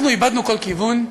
אנחנו איבדנו כל כיוון?